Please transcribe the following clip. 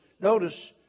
notice